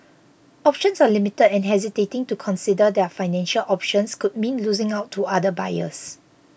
options are limited and hesitating to consider their financial options could mean losing out to other buyers